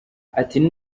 ati